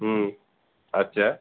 হুম আচ্ছা